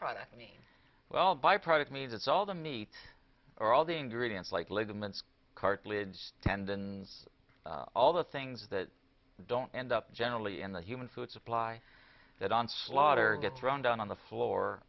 product well byproduct means it's all the meat or all the ingredients like ligaments cartilage tendons all the things that don't end up generally in the human food supply that onslaught or get thrown down on the floor